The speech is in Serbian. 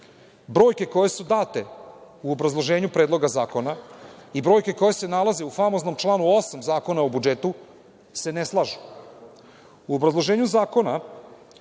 brojke koje su date u obrazloženju Predloga zakona o brojke koje se nalaze u famoznom članu 8. Zakona o budžetu se ne slažu. O obrazloženju Zakona